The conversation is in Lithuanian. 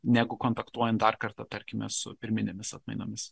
negu kontaktuojan dar kartą tarkime su pirminėmis atmainomis